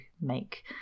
make